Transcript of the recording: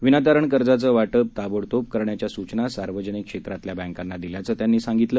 विनातारण कर्जांचं वाटप ताब तोब करण्याच्या सुचना सार्वजनिक क्षेत्रातल्या बँकांना दिल्याचं त्यांनी सांगितलं